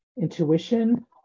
intuition